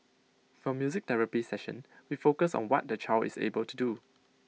for music therapy session we focus on what the child is able to do